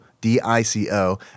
D-I-C-O